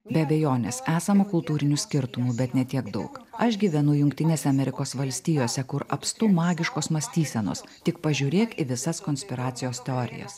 be abejonės esama kultūrinių skirtumų bet ne tiek daug aš gyvenu jungtinėse amerikos valstijose kur apstu magiškos mąstysenos tik pažiūrėk į visas konspiracijos teorijas